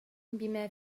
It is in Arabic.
بما